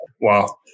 Wow